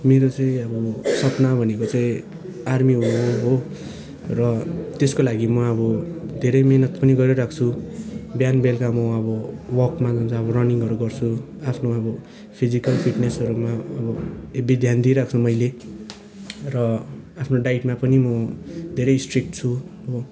मेरो चाहिँ अब सपना भनेको चाहिँ आर्मी हुनु हो र त्यसको लागि म अब धेरै मेहनत पनि गरिरहेको छु बिहान बेलुका म अब वकमा जान् अब रनिङहरू गर्छु आफ्नो अब फिजिकल फेटनेसहरूमा अब हेभी ध्यान दिइरहेको छु मैले र आफ्नो डाइटमा पनि म धेरै स्ट्रिक्ट छु हो